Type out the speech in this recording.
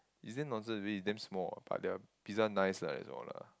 it's damn nonsense really it's damn small ah but their pizza nice lah that's all lah